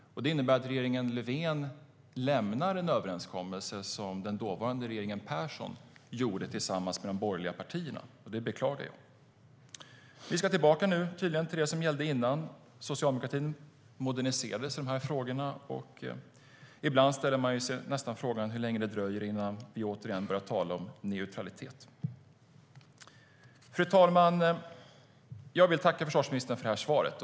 Fru talman! Jag vill tacka försvarsministern för svaret.